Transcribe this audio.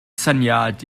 syniad